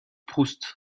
proust